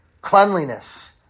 cleanliness